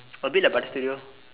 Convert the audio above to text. a bit like studio